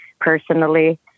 personally